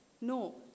No